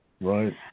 Right